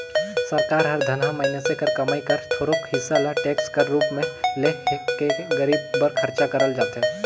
सरकार हर धनहा मइनसे कर कमई कर थोरोक हिसा ल टेक्स कर रूप में ले के गरीब बर खरचा करल जाथे